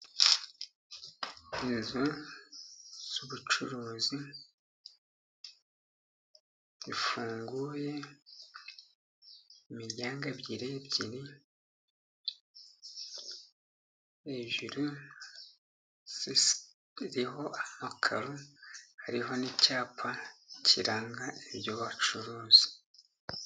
Inzu z'ubucuruzi zifunguye imiryango ebyiri ebyiri. Hejuru ziriho ama karo, hariho n'icyapa kiranga ibyo bacuruza.